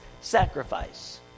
sacrifice